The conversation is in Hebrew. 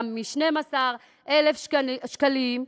גם מ-12,000 שקלים,